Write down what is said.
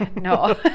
no